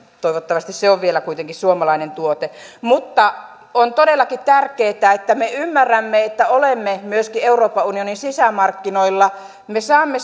toivottavasti se on vielä kuitenkin suomalainen tuote mutta on todellakin tärkeätä että me ymmärrämme että olemme myöskin euroopan unionin sisämarkkinoilla me saamme